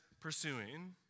pursuing